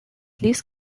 ліс